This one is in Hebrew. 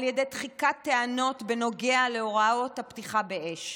ידי דחיקת טענות בנוגע להוראות הפתיחה באש.